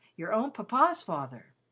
your own papa's father.